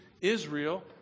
Israel